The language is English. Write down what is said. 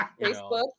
Facebook